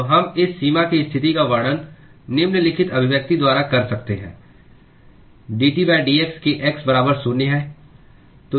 तो हम इस सीमा की स्थिति का वर्णन निम्नलिखित अभिव्यक्ति द्वारा कर सकते हैं - dTdx के x बराबर शून्य है